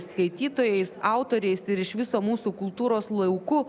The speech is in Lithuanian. skaitytojais autoriais ir iš viso mūsų kultūros lauku